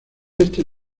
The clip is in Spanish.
este